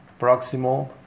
proximal